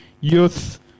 youth